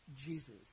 Jesus